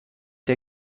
der